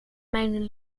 mijn